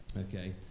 okay